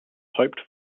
hoped